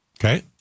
okay